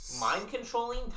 mind-controlling